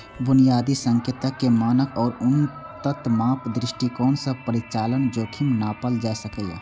बुनियादी संकेतक, मानक आ उन्नत माप दृष्टिकोण सं परिचालन जोखिम नापल जा सकैए